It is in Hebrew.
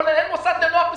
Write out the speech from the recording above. מה זה לנהל מוסד לנוער בסיכון,